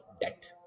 Debt